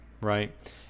Right